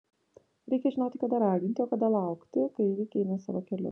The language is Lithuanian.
reikia žinoti kada raginti o kada laukti kai įvykiai eina savo keliu